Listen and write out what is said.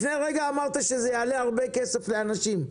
לפני רגע אמרת שזה יעלה הרבה כסף לאנשים.